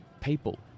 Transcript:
people